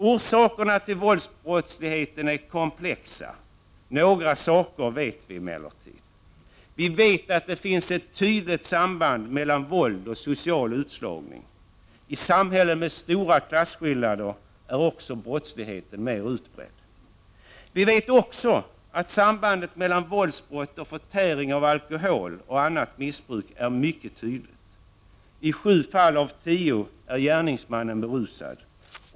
Orsakerna till våldsbrottsligheten är komplexa. Några saker vet vi emellertid. Vi vet att det finns ett tydligt samband mellan våld och social utslagning. I samhällen med stora klasskillnader är också brottsligheten mer utbredd. Vi vet också att sambandet mellan våldsbrott och alkoholförtäring och annat missbruk är mycket tydligt. I sju fall av tio är gärningsmannen berusad.